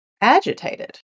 Agitated